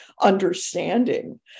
understanding